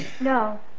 No